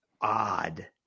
odd